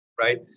right